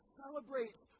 celebrates